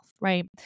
right